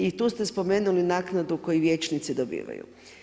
I tu ste spomenuli naknadu koju vijećnici dobivaju.